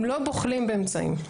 הם לא בוחלים באמצעים.